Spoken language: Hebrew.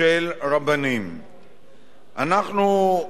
אנחנו מבקשים גם לציין